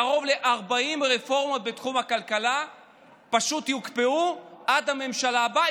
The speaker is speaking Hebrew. קרוב ל-40 רפורמות בתחום הכלכלה פשוט יוקפאו עד הממשלה הבאה,